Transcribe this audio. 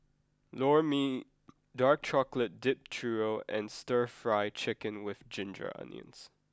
Lor Mee Dark Chocolate Dipped Churro and Stir Fry Chicken with Ginger Onions